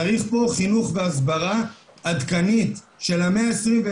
צריך פה חינוך והסברה עדכניים של המאה ה-21.